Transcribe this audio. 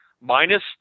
Minus